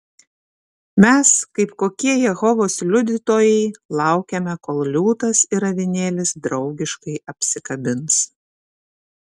mes kaip kokie jehovos liudytojai laukiame kol liūtas ir avinėlis draugiškai apsikabins